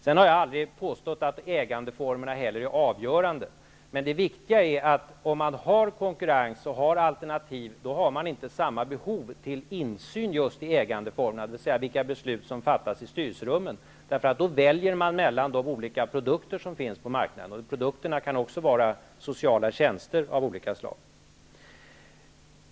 Jag har aldrig påstått att ägandeformerna är avgörande. Det viktiga är att man, om det finns konkurrens och alternativ, inte har samma behov av insyn just i ägandeformerna, dvs. vilka beslut som fattas i styrelserummen. Då väljer man mellan de olika produkter som finns på marknaden, och de kan också vara sociala tjänster av olika slag.